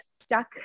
stuck